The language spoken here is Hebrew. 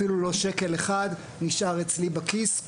אפילו לא שקל אחד נשאר אצלי בכיס,